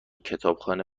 کتابخانه